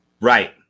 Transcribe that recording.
Right